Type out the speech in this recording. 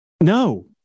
No